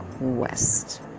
west